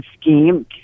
scheme